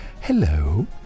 Hello